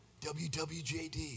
WWJD